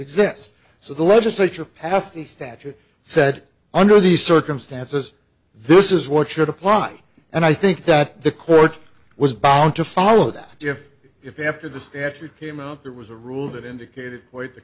exist so the legislature passed the statute said under these circumstances this is what should apply and i think that the court was bound to follow that if if after the scatcherd came out that was a rule that indicated quite the